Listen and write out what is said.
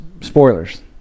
spoilers